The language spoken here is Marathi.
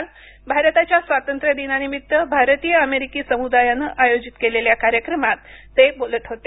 काल भारताच्या स्वातंत्र्य दिनानिमित्त भारतीय अमेरिकी समुदायानं आयोजित केलेल्या कार्यक्रमात ते बोलत होते